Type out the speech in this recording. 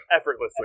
effortlessly